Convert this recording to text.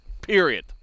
period